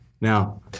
Now